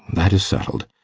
that is settled.